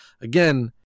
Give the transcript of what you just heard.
Again